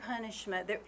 punishment